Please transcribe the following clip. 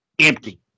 empty